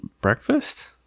breakfast